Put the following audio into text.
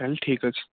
ତାହେଲେ ଠିକ୍ ଅଛି